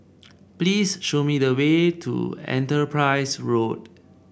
please show me the way to Enterprise Road